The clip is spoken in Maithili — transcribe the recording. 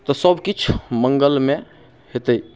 तऽ सब किछु मङ्गलमय हेतै